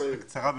רק בקצרה לסיים.